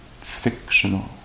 fictional